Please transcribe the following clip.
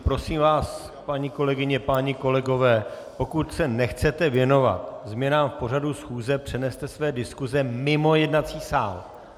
Prosím vás, paní kolegyně, páni kolegové, pokud se nechcete věnovat změnám v pořadu schůze, přeneste své diskuse mimo jednací sál!